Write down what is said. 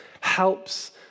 helps